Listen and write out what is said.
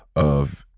of,